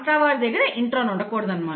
వంట వారి దగ్గర ఇంట్రాన్ ఉండకూడదు